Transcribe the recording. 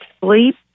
sleep